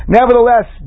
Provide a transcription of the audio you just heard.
Nevertheless